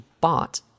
bought